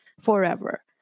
forever